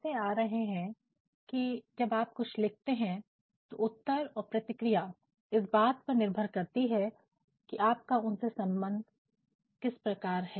हम कहते आ रहे हैं कि जब आप कुछ लिखते हैं तो उत्तर और प्रतिक्रिया इस बात पर निर्भर करती है कि आपका उनसे संबंध किस प्रकार रखते हैं